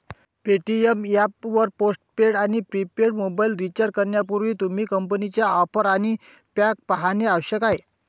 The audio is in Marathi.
पेटीएम ऍप वर पोस्ट पेड आणि प्रीपेड मोबाइल रिचार्ज करण्यापूर्वी, तुम्ही कंपनीच्या ऑफर आणि पॅक पाहणे आवश्यक आहे